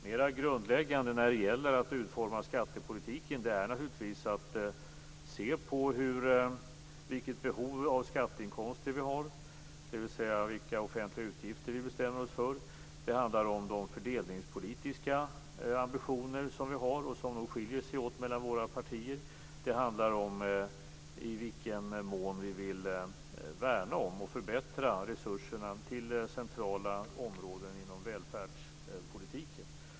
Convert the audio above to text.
Mera grundläggande när det gäller att utforma skattepolitiken är naturligtvis att se på vilket behov av skatteinkomster vi har, dvs. vilka offentliga utgifter vi bestämmer oss för. Det handlar om de fördelningspolitiska ambitioner som vi har och som skiljer sig åt mellan våra partier. Det handlar om i vilken mån vi vill värna och förbättra resurserna till centrala områden inom välfärdspolitiken.